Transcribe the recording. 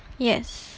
yes